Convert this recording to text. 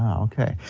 um okay,